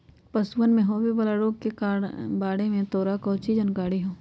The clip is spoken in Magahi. पशुअन में होवे वाला रोग के बारे में तोरा काउची जानकारी हाउ?